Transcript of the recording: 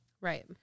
right